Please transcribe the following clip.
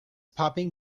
popping